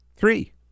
three